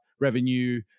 revenue